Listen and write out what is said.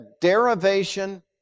derivation